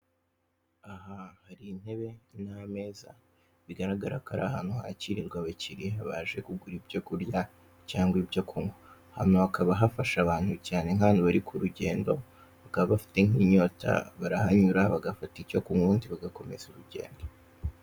Aha hari intebe n'ameza, bigaragara ko ari ahantu hakirirwa abakiriya baje kugura ibyo kurya cyangwa ibyo kunywa. Aha hakaba hafasha abantu cyane nk'abantu bari ku rugendo bakaba bafite inyota, barahanyura bagafata icyo kunywa ubundi bagakomeza urugendo.